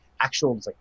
actual